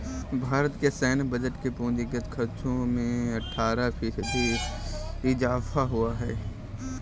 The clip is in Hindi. भारत के सैन्य बजट के पूंजीगत खर्चो में अट्ठारह फ़ीसदी इज़ाफ़ा हुआ है